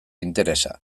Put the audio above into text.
interesa